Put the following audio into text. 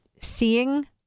seeing